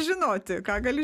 žinoti ką gali